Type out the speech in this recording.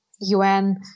UN